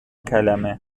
کلمه